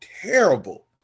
terrible